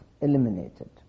eliminated